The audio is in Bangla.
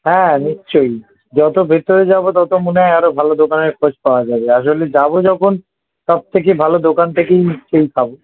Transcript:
হ্যাঁ নিশ্চয়ই যত ভেতরে যাব তত মনে হয় আরো ভালো দোকানের খোঁজ পাওয়া যাবে আসলে যাব যখন সব থেকে ভালো দোকান থেকেই নিশ্চয়ই খাবো